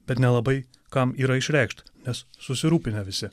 bet nelabai kam yra išreikšti nes susirūpinę visi